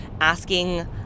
asking